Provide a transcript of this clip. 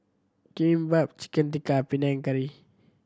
Kimbap Chicken Tikka Panang Curry